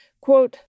quote